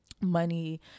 money